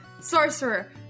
Sorcerer